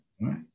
Right